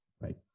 right